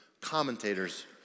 commentators